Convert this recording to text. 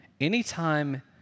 Anytime